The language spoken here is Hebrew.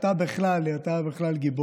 אתה בכלל גיבור-על,